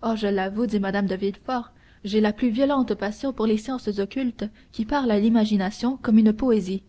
oh je l'avoue dit mme de villefort j'ai la plus violente passion pour les sciences occultes qui parlent à l'imagination comme une poésie